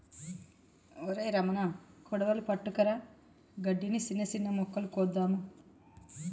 ఒరై రమణ కొడవలి పట్టుకురా గడ్డిని, సిన్న సిన్న మొక్కలు కోద్దాము